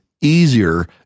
easier